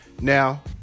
Now